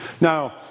Now